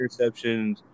interceptions